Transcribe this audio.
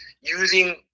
using